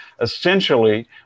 essentially